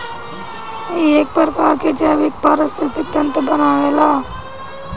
इ एक प्रकार के जैविक परिस्थितिक तंत्र बनावेला